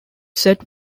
set